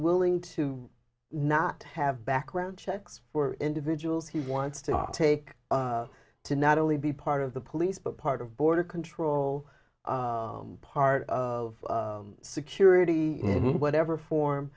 willing to not have background checks for individuals he wants to take to not only be part of the police but part of border control part of security whatever form